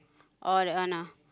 oh that one ah